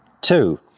Two